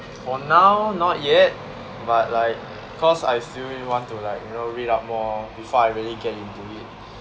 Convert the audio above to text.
for now not yet but like cause I still want to like you know read up more before I really get into